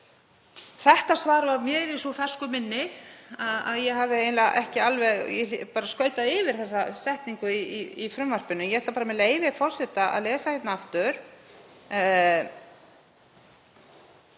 Þetta svar var mér í svo fersku minni að ég hafði eiginlega skautað yfir þessa setningu í frumvarpinu. Ég ætla, með leyfi forseta, að lesa aftur: